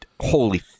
holy